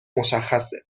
مشخصه